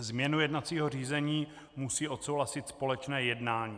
Změnu jednacího řádu musí odsouhlasit společné jednání.